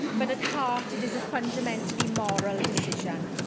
but at heart, it is a fundamentally moral decision.